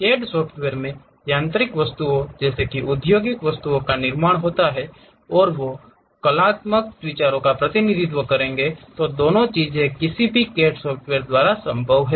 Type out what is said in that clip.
CAD software में यांत्रिक वस्तुओं जैसे औद्योगिक वस्तुओं का निर्माण होता है और वे कलात्मक विचारों का प्रतिनिधित्व करेंगे दोनों चिजे किसी भी CAD सॉफ्टवेयर द्वारा संभव हैं